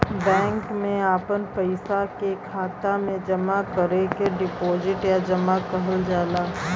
bank मे आपन पइसा के खाता मे जमा करे के डीपोसिट या जमा कहल जाला